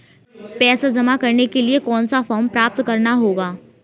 पैसा जमा करने के लिए कौन सा फॉर्म प्राप्त करना होगा?